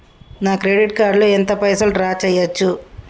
నా credit card లో ఎంత పైసల్ డ్రా చేయచ్చు?